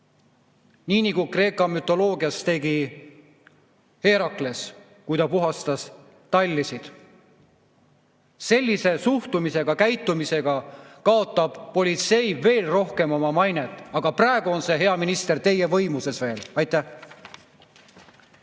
Nii nagu Kreeka mütoloogias tegi Herakles, kui ta puhastas tallisid. Sellise suhtumise ja käitumisega kaotab politsei veel rohkem mainet, aga praegu on see, hea minister, veel teie võimuses. Aitäh!